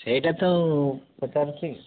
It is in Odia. ସେଇଟା ତ ପଚାରୁଛି